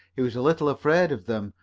he was a little afraid of them,